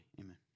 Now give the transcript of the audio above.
amen